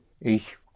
Ich